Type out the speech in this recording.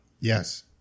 Yes